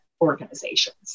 organizations